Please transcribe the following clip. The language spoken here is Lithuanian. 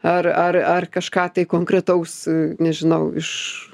ar ar ar kažką konkretaus nežinau iš